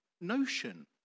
notion